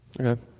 Okay